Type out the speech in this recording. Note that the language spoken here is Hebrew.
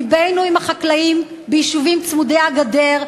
לבנו עם החקלאים ביישובים צמודי-הגדר,